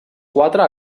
quatre